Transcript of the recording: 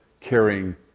carrying